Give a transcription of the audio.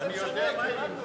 אני לא יודע מהי בכלל.